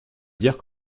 dire